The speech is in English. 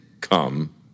come